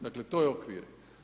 Dakle, to je okvir.